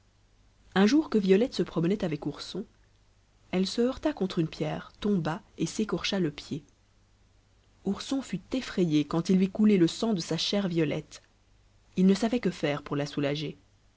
un jour que violette se promenait avec ourson elle se heurta contre une pierre tomba et s'écorcha le pied ourson fut effrayé quand il vit couler le sang de sa chère violette il ne savait que faire pour la soulager